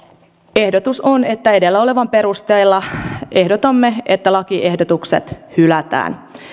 ehdotus on edellä olevan perusteella että lakiehdotukset hylätään